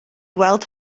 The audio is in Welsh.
weld